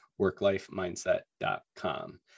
worklifemindset.com